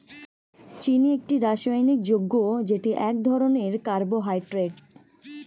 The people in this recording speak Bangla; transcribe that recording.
চিনি একটি রাসায়নিক যৌগ যেটি এক ধরনের কার্বোহাইড্রেট